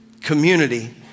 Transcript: Community